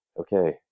okay